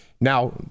now